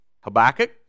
habakkuk